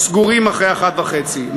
סגורים אחרי 13:30,